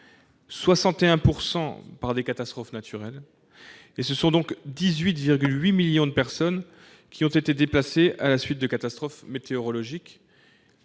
61 % par des catastrophes naturelles. Ce sont donc 18,8 millions de personnes qui ont été déplacées à la suite de catastrophes météorologiques.